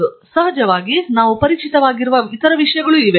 ಮತ್ತು ಸಹಜವಾಗಿ ನಾವು ಪರಿಚಿತವಾಗಿರುವ ಇತರ ವಿಷಯಗಳೂ ಇವೆ